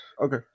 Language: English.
Okay